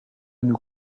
nous